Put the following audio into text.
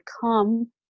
come